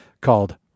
called